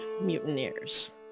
mutineers